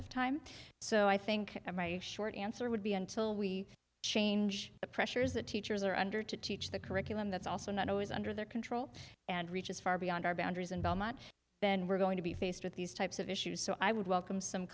of time so i think short answer would be until we change the pressures that teachers are under to teach the curriculum that's also not always under their control and reaches far beyond our boundaries and then we're going to be faced with these types of issues so i would welcome some